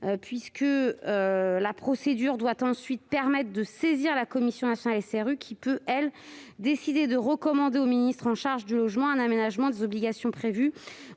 La procédure doit ensuite permettre de saisir la commission nationale, qui peut, elle, décider de recommander au ministre chargé du logement un aménagement des obligations prévues